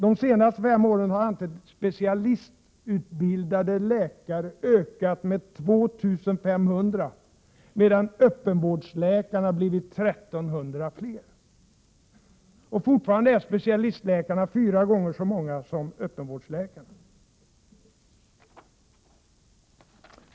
De senaste fem åren har antalet specialistutbildade läkare ökat med 2 500, medan öppenvårdsläkarna blivit 1 300 fler. Fortfarande är specialistläkarna fyra gånger så många som öppenvårdsläkarna.